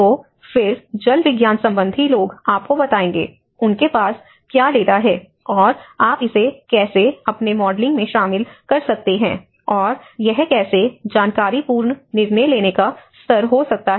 तो फिर जल विज्ञान संबंधी लोग आपको बताएंगे उनके पास क्या डाटा है और आप इसे कैसे अपने मॉडलिंग में शामिल कर सकते हैं और यह कैसे जानकारीपूर्ण निर्णय लेने का स्तर हो सकता है